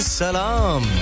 Salam